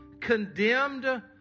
condemned